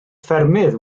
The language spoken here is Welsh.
ffermydd